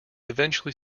eventually